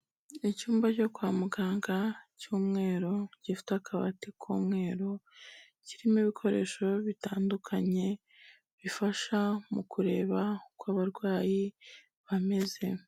Icyumba cyo kwa muganga cy'umweru gifite akabati k'umweru, kirimo ibikoresho bitandukanye bifasha mu kureba uko abarwayi bameze.